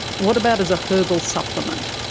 what about as a herbal supplement?